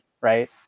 right